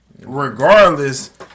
Regardless